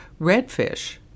redfish